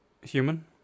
Human